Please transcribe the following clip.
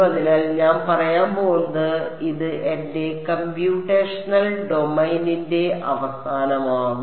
അതിനാൽ ഞാൻ പറയാൻ പോകുന്നത് ഇത് എന്റെ കമ്പ്യൂട്ടേഷണൽ ഡൊമെയ്നിന്റെ അവസാനമാക്കും